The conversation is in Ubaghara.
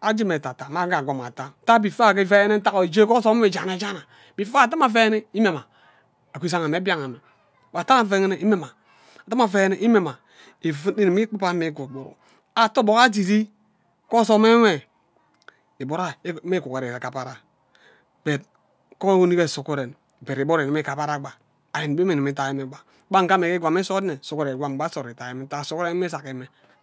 ajee mme eteta mma aja kwam atah ntage before ari ifene aje ntake nne ije ke ozom nwo ijana ijana before ata amme afeni imme ma akwo izaga mme mbian ame ate amma afene ime mma ate ame afeni ime mma ifu igima ikpub amma ikwa igburu ate obok adiri ghe ozom enwe igburua mme igugore ikibara but ke enik ke sughuren but igburu igimi igabara gba anri nnbe ami dimi atai mme gba amme gba nghe ikwam nsod nye sughuren ikwam gba nsod ittai mme ntaga sughuren annim zaki mme.